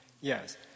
Yes